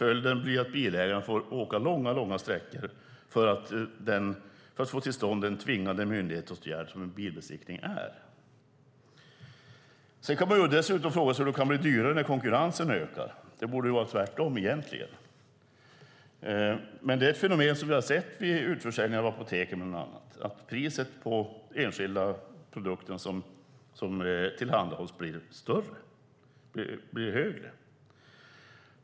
Följden blir att bilägaren får åka långa sträckor för att få till stånd den tvingande myndighetsåtgärd som en bilbesiktning är. Man kan dessutom fråga sig hur det kan bli dyrare när konkurrensen ökar. Det borde egentligen vara tvärtom. Men det är ett fenomen som vi har sett vid utförsäljningen av apoteken, bland annat: Priset på enskilda produkter som tillhandahålls blir högre.